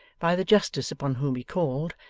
by the justice upon whom he called,